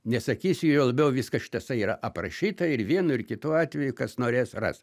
nesakysiu juo labiau viskas šitasai yra aprašyta ir vienu ir kitu atveju kas norės ras